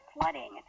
flooding